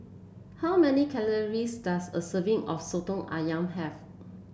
how many calories does a serving of soto ayam have